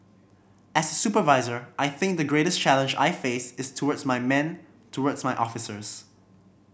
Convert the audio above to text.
as a supervisor I think the greatest challenge I face is towards my men towards my officers